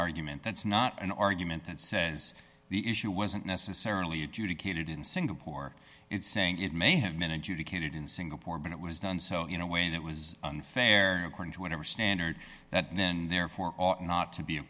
argument that's not an argument that says the issue wasn't necessarily adjudicated in singapore it's saying it may have been adjudicated in singapore but it was done so in a way that was unfair according to whatever standard that now and therefore ought not to be a